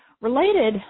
Related